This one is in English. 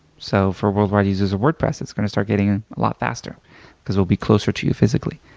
so for worldwide users of wordpress, it's going to start getting a lot faster because it'll be closer to you physically.